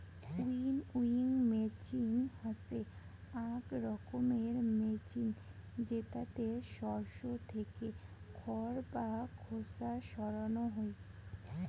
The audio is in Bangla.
উইনউইং মেচিন হসে আক রকমের মেচিন জেতাতে শস্য থেকে খড় বা খোসা সরানো হই